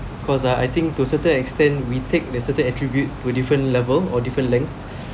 cause I think to certain extent we take the certain attribute to different level or different length